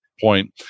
point